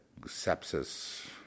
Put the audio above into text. sepsis